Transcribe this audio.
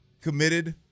committed –